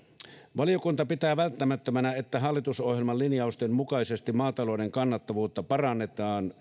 valiokunta pitää välttämättömänä että hallitusohjelman linjausten mukaisesti maatalouden kannattavuutta parannetaan